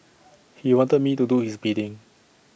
he wanted me to do his bidding